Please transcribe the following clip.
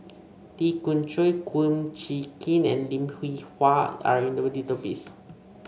Lee Khoon Choy Kum Chee Kin and Lim Hwee Hua are in the database